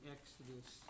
Exodus